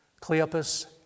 Cleopas